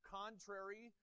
contrary